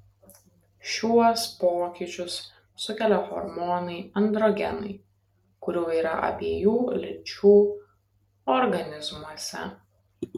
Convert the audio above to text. šiuos pokyčius sukelia hormonai androgenai kurių yra abiejų lyčių organizmuose